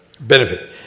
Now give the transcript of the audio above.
benefit